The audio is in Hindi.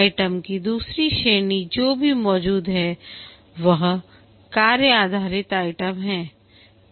आइटम की दूसरी श्रेणी जो भी मौजूद है वह कार्य आधारित आइटम हैं